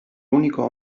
único